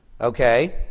Okay